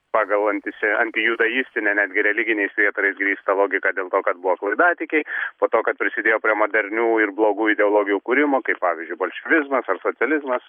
pagal antise antijudaistinę netgi religiniais prietarais grįstą logiką dėl to kad buvo klaidatikiai po to kad prisidėjo prie modernių ir blogų ideologijų kūrimo kaip pavyzdžiui bolševizmas ar socializmas